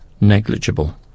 negligible